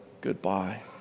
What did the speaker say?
goodbye